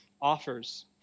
offers